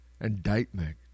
indictment